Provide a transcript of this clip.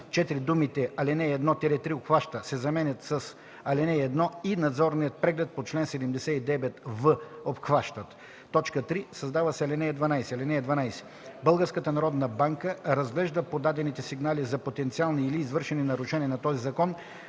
ал. 4 думите „ал. 1-3 обхваща" се заменят с „ал. 1 и надзорният преглед по чл. 79в обхващат”. 3. Създава се ал. 12: „(12) Българската народна банка разглежда подадените сигнали за потенциални или извършени нарушения на този закон,